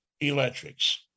electrics